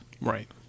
Right